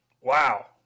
Wow